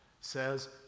says